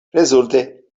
rezulte